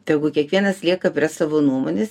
tegu kiekvienas lieka prie savo nuomonės